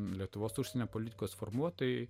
lietuvos užsienio politikos formuotojai